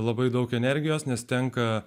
labai daug energijos nes tenka